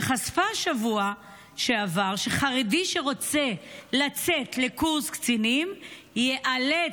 שחשפה בשבוע שעבר שחרדי שרוצה לצאת לקורס קצינים ייאלץ,